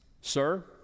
Sir